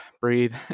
breathe